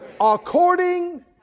According